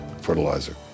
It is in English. fertilizer